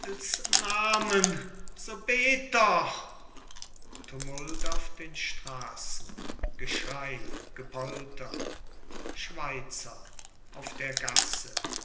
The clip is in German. namen so bet doch tumult auf den strassen geschrey gepolter schweizer auf der gasse